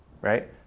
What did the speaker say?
Right